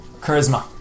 Charisma